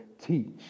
teach